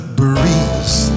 breeze